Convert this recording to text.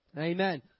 Amen